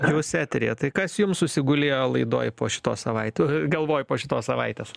jūs eteryje tai kas jums susigulėjo laidoj po šitos savaitės galvoj po šitos savaitės